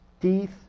teeth